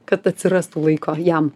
kad atsirastų laiko jam